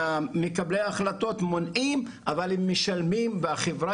מקבלי ההחלטות מונעים אבל הם משלמים והחברה